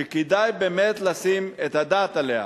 שכדאי באמת לשים את הדעת עליה.